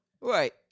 Right